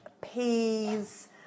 peas